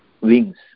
wings